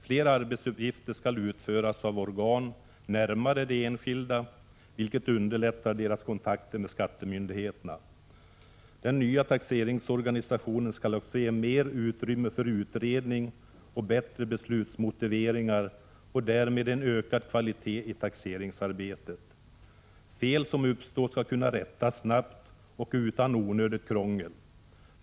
Flera arbetsuppgifter skall utföras av organ närmare de enskilda människorna, vilket underlättar deras kontakter med skattemyndigheterna. Den nya taxeringsorganisationen skall också ge mer utrymme för utredning och bättre beslutsmotiveringar och därmed en ökad kvalitet i taxeringsarbetet. Fel som uppstår skall kunna rättas snabbt och utan onödigt krångel.